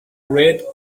red